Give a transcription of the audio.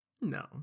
no